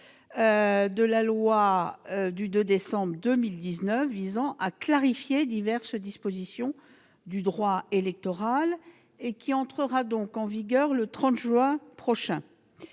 de loi du 2 décembre 2019 visant à clarifier diverses dispositions du droit électoral et qui entrera en vigueur le 30 juin prochain.